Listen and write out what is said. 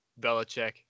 Belichick